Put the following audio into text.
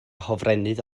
hofrennydd